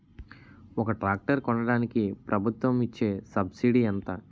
ఒక ట్రాక్టర్ కొనడానికి ప్రభుత్వం ఇచే సబ్సిడీ ఎంత?